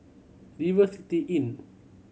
River City Inn